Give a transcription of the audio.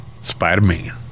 Spider-Man